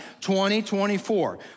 2024